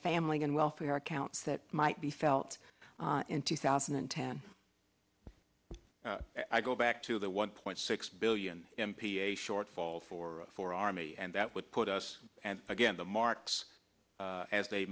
family and welfare accounts that might be felt in two thousand and ten i go back to the one point six billion m p a shortfall for four army and that would put us and again the marks as they